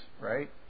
right